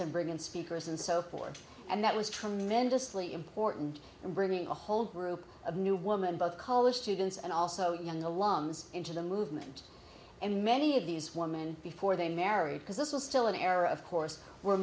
and bring in speakers and so forth and that was tremendously important and bringing a whole group of new woman both college students and also young the lungs into the movement and many of these women before they married because this was still an era of course were